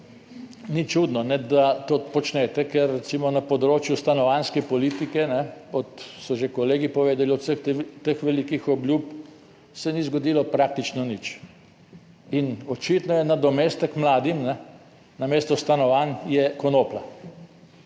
ni čudno, da to počnete, ker recimo na področju stanovanjske politike kot so že kolegi povedali, od vseh teh velikih obljub se ni zgodilo praktično nič in očitno je nadomestek mladim namesto stanovanj je konoplja.